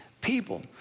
people